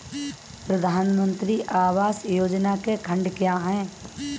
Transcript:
प्रधानमंत्री आवास योजना के खंड क्या हैं?